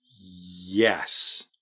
Yes